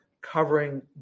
covering